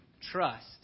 trust